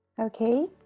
Okay